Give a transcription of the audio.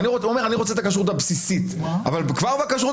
הוא רוצה את הכשרות הבסיסית אבל כבר בכשרות